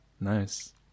Nice